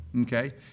Okay